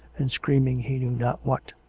and screaming he knew not what.